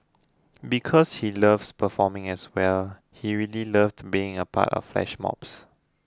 because he likes performing as well he really loved being a part of the flash mobs